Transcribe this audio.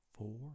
Four